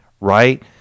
right